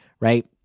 Right